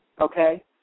okay